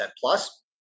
plus